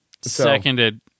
Seconded